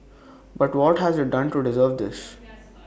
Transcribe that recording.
but what has IT done to deserve this